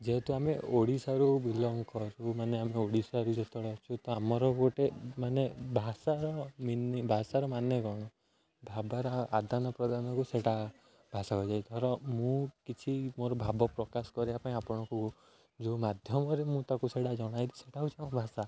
ଯେହେତୁ ଆମେ ଓଡ଼ିଶାରୁ ବିଲଙ୍ଗ କରୁଛୁ ମାନେ ଆମେ ଓଡ଼ିଶାରୁ ଯେତେବେଳେ ଅଛୁ ତ ଆମର ଗୋଟେ ମାନେ ଭାଷାର ମିନି ଭାଷାର ମାନେ କ'ଣ ଭାବର ଆଦାନ ପ୍ରଦାନକୁ ସେଟା ଭାଷା ହୋଇଯାଏ ଧର ମୁଁ କିଛି ମୋର ଭାବ ପ୍ରକାଶ କରିବା ପାଇଁ ଆପଣଙ୍କୁ ଯେଉଁ ମାଧ୍ୟମରେ ମୁଁ ତାକୁ ସେଇଟା ଜଣାଏ ସେଟା ହେଉଛି ଆମ ଭାଷା